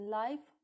life